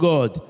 God